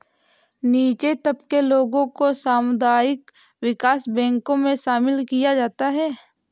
नीचे तबके के लोगों को सामुदायिक विकास बैंकों मे शामिल किया जाता है